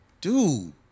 dude